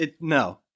No